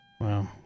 Wow